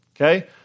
Okay